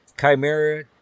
Chimera